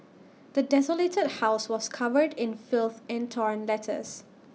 the desolated house was covered in filth and torn letters